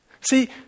See